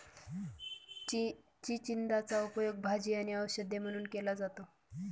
चिचिंदाचा उपयोग भाजी आणि औषध म्हणून केला जातो